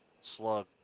slug